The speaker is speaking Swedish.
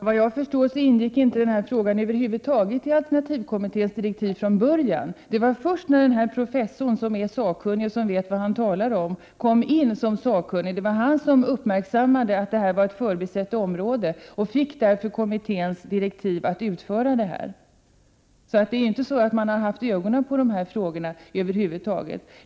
Fru talman! Såvitt jag förstår ingick den här frågan över huvud taget inte i alternativmedicinkommitténs direktiv från början. Frågan kom upp först när den professor som nu är sakkunnig och vet vad han talar om, tillkallades som sakkunnig. Det var han som uppmärksammade att det här var ett förbisett område, och han fick därför kommitténs direktiv att utföra arbetet. Man har således över huvud taget inte haft ögonen på dessa frågor tidigare.